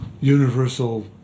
universal